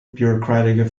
bureaucratic